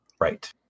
Right